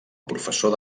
professor